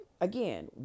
Again